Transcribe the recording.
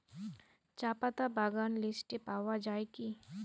চাপাতা বাগান লিস্টে পাওয়া যায় কি?